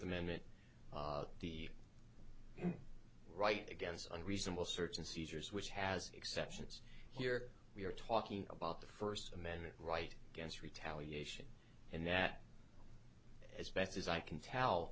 amendment the right against unreasonable search and seizures which has exceptions here we are talking about the first amendment right against retaliation and that as best as i can tell